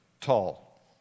tall